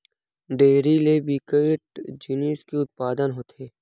dairy ले बिकट जिनिस के उत्पादन होथे